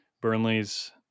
Burnley's